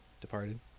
Departed